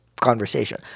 conversation